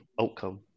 outcome